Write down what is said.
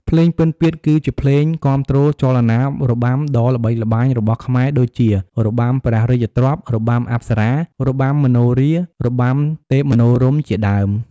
ភ្លេងពិណពាទ្យគឺជាភ្លេងគាំទ្រចលនារបាំដ៏ល្បីល្បាញរបស់ខ្មែរដូចជា របាំព្រះរាជទ្រព្យ របាំអប្សរា របាំមនោរាហ៍ របាំទេពមនោរម្យជាដើម។